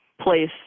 place